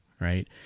Right